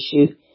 issue